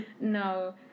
no